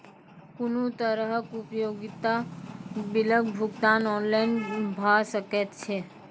कुनू तरहक उपयोगिता बिलक भुगतान ऑनलाइन भऽ सकैत छै?